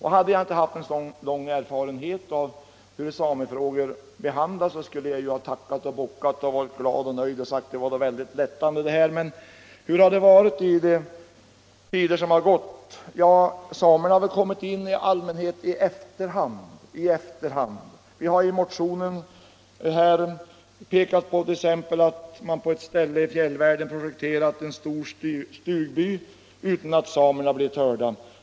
Hade jag inte haft sådan lång erfarenhet av hur samefrågor behandlas, skulle jag ha tackat och bockat, varit glad och nöjd och sagt att det beskedet var mycket glädjande. Men hur har det varit i de tider som gått? Samerna har väl i allmänhet kommit in i efterhand. Vi har i motionen pekat på att man t.ex. i ett område i fjällvärlden har projekterat en stor stugby utan att samerna blivit hörda.